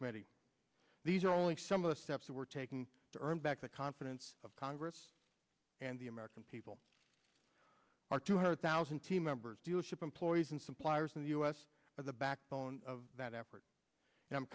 committee these are only some of the steps that were taken to earn back the confidence of congress and the american people are two hundred thousand team members dealership employees and suppliers in the us are the backbone of that effort and i'm